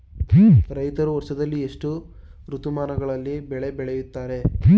ರೈತರು ವರ್ಷದಲ್ಲಿ ಎಷ್ಟು ಋತುಮಾನಗಳಲ್ಲಿ ಬೆಳೆ ಬೆಳೆಯುತ್ತಾರೆ?